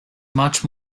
much